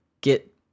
get